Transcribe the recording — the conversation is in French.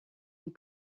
vous